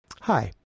Hi